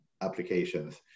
applications